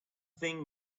thing